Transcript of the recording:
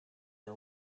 are